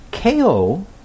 Ko